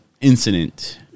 Incident